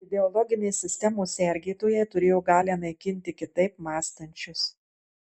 ideologinės sistemos sergėtojai turėjo galią naikinti kitaip mąstančius